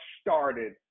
started